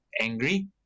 angry